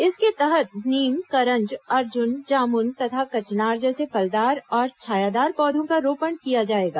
इसके तहत नीम करंज अर्जुन जामुन तथा कचनार जैसे फलदार और छायादार पौधों का रोपण किया जाएगा